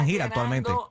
actualmente